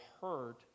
hurt